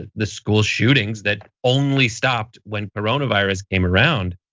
the school shootings that only stopped when coronavirus came around.